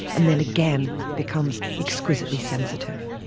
and then again becomes exquisitely sensitive.